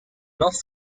north